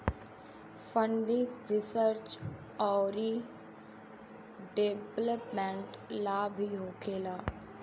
funding research औरी development ला भी होखेला